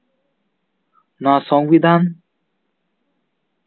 ᱱᱚᱣᱟ ᱥᱚᱝᱵᱤᱫᱷᱟᱱ